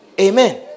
Amen